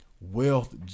Wealth